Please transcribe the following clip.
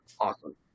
Awesome